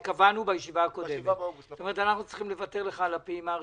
אנחנו עוברים לסעיף הבא בסדר היום: הצעת חוק הארכת